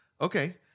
Okay